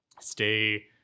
stay